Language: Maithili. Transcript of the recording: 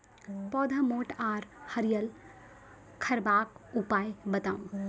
पौधा मोट आर हरियर रखबाक उपाय बताऊ?